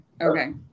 okay